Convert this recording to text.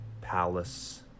palace